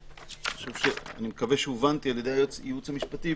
אני מקווה שהובנתי על יד הייעוץ המשפטי.